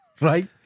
Right